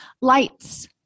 Lights